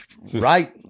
right –